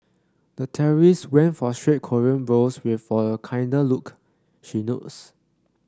the terrorist went for straight Korean brows with for a kinder look she notes